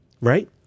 Right